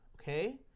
okay